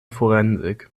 forensik